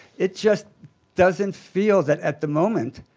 it just doesn't feel that at the moment,